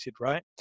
right